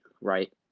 right